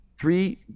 three